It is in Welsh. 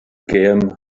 gêm